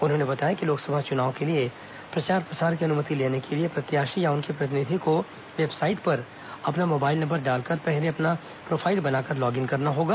उन्होंने बताया कि लोकसभा निर्वाचन के लिए प्रसार प्रसार की अनुमति लेने के लिए प्रत्याशी या उसके प्रतिनिधि को वेबसाइट में अपना मोबाइल नंबर डालकर पहले अपना प्रोफाईल बनाकर लॉगिन करना होगा